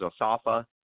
OSAFA